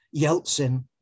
Yeltsin